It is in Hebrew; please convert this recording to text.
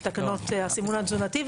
תקנות הסימון התזונתי.